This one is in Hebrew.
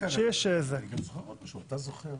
אתה זוכר